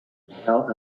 now